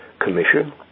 commission